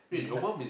it's like